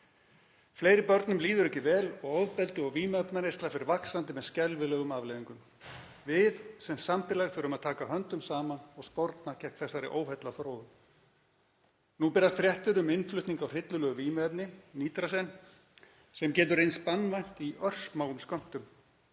Fleiri börnum líður ekki vel og ofbeldi og vímuefnaneysla fer vaxandi með skelfilegum afleiðingum. Við sem samfélag þurfum að taka höndum saman og sporna gegn þessari óheillaþróun. Nú berast fréttir um innflutning á hryllilegu vímuefni, nitazene, sem getur reynst banvænt í örsmáum skömmtum.